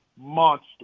monster